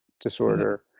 disorder